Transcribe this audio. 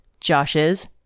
Josh's